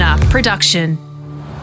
Production